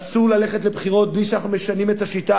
אסור ללכת לבחירות בלי שאנחנו משנים את השיטה